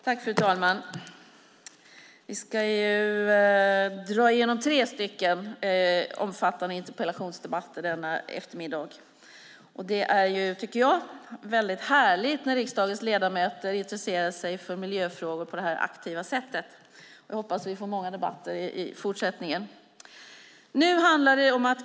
Fru talman! Vi ska dra igenom tre omfattande interpellationsdebatter denna eftermiddag. Jag tycker att det är härligt när riksdagens ledamöter intresserar sig för miljöfrågor på detta aktiva sätt, och jag hoppas att vi får många debatter i fortsättningen.